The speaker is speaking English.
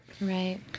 Right